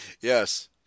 Yes